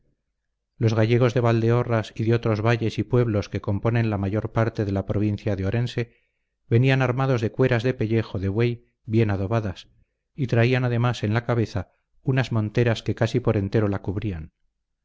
los gallegos de valdeorras y de otros valles y pueblos que componen la mayor parte de la provincia de orense venían armados de cueras de pellejo de buey bien adobadas y traían además en la cabeza unas monteras que casi por entero la cubrían